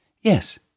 Yes